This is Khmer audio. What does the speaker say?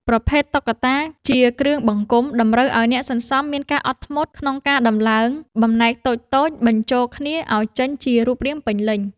ប្រភេទ តុក្កតាជាគ្រឿងបង្គុំ តម្រូវឱ្យអ្នកសន្សំមានការអត់ធ្មត់ក្នុងការតម្លើងបំណែកតូចៗបញ្ចូលគ្នាឱ្យចេញជារូបរាងពេញលេញ។